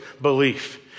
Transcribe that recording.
belief